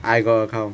I got account